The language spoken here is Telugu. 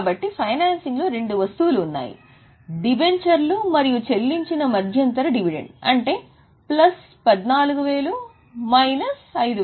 కాబట్టి ఫైనాన్సింగ్లో రెండు వస్తువులు ఉన్నాయి డిబెంచర్లు మరియు చెల్లించిన మధ్యంతర డివిడెండ్ అంటే ప్లస్ 14000 మైనస్ 5000